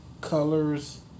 colors